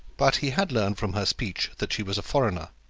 but he had learned from her speech that she was a foreigner.